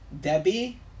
Debbie